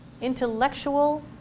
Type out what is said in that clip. intellectual